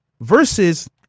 Versus